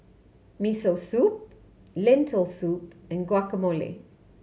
Miso Soup Lentil Soup and Guacamole